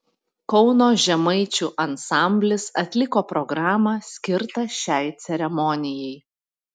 kauno žemaičių ansamblis atliko programą skirtą šiai ceremonijai